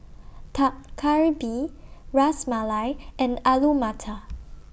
Dak Galbi Ras Malai and Alu Matar